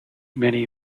many